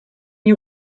you